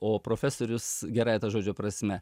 o profesorius gerąja to žodžio prasme